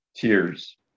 tears